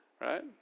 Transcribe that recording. Right